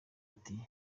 ati